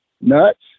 nuts